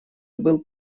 был